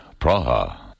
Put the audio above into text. Praha